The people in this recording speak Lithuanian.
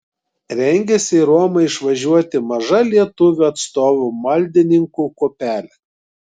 rengiasi į romą išvažiuoti maža lietuvių atstovų maldininkų kuopelė